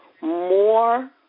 more